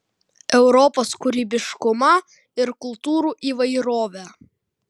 europos kūrybiškumą ir kultūrų įvairovę